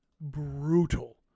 brutal